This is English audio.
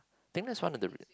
think that's one of the